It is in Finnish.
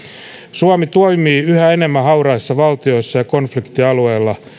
suomi toimii yhä enemmän hauraissa valtioissa ja konfliktialueilla